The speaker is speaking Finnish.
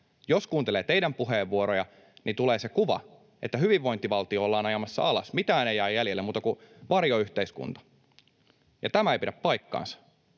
Jos kuuntelee teidän puheenvuorojanne, niin tulee se kuva, että hyvinvointivaltio ollaan ajamassa alas, mitään ei jää jäljelle muuta kuin varjoyhteiskunta, ja tämä ei pidä paikkaansa.